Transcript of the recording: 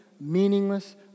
meaningless